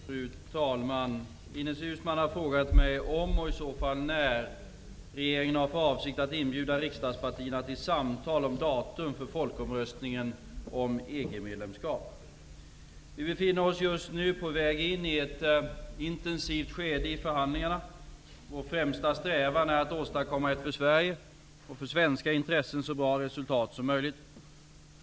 Fru talman! Ines Uusmann har frågat mig om -- och i så fall när -- regeringen har för avsikt att inbjuda riksdagspartierna till samtal om datum för folkomröstningen om EG-medlemskap. Vi befinner oss just nu på väg in i ett intensivt skede i förhandlingarna. Vår främsta strävan är att åstadkomma ett för Sverige och svenska intressen så bra resultat som möjligt.